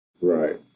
right